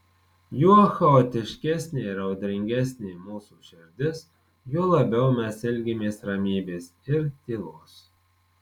juo chaotiškesnė ir audringesnė mūsų širdis juo labiau mes ilgimės ramybės ir tylos